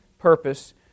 purpose